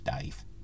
Dave